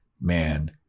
man